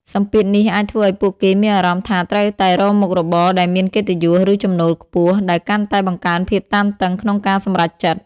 សម្ពាធនេះអាចធ្វើឱ្យពួកគេមានអារម្មណ៍ថាត្រូវតែរកមុខរបរដែលមានកិត្តិយស ឬចំណូលខ្ពស់ ដែលកាន់តែបង្កើនភាពតានតឹងក្នុងការសម្រេចចិត្ត។